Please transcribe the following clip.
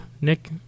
Nick